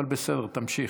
אבל בסדר, תמשיך.